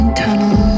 tunnel